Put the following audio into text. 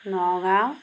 Nagaon